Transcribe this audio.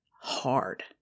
Hard